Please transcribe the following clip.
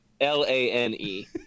L-A-N-E